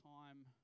time